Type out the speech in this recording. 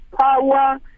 power